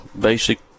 basic